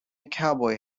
cowboy